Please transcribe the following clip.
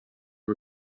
are